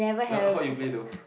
uh how you play those